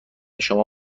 شما